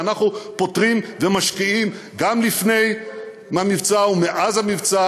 ואנחנו פותרים ומשקיעים גם לפני המבצע ומאז המבצע,